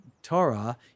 Torah